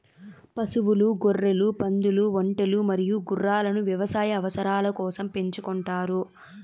పశువులు, గొర్రెలు, పందులు, ఒంటెలు మరియు గుర్రాలను వ్యవసాయ అవసరాల కోసం పెంచుకుంటారు